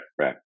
right